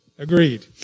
Agreed